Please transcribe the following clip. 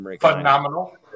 Phenomenal